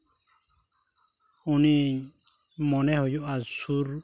ᱩᱱᱤ ᱢᱚᱱᱮ ᱦᱩᱭᱩᱜᱼᱟ ᱥᱩᱨ